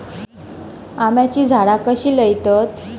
आम्याची झाडा कशी लयतत?